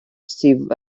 sydd